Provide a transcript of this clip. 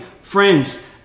friends